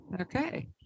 Okay